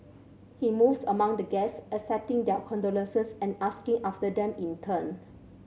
he moved among the guests accepting their condolences and asking after them in turn